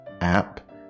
app